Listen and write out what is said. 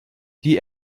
die